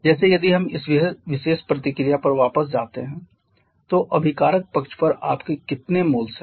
जैसे यदि हम इस विशेष प्रतिक्रिया पर वापस जाते हैं तो अभिकारक पक्ष पर आपके कितने मोल्स हैं